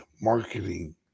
marketing